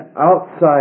outside